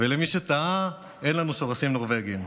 ולמי שתהה, אין לנו שורשים נורבגיים.